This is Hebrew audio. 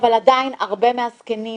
אבל עדיין הרבה מהזקנים,